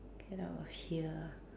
get out of here